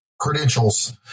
credentials